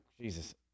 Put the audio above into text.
Jesus